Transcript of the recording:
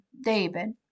david